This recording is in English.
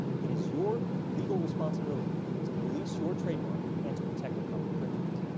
it is your legal responsibility to police your trademark and to protect it from infringement.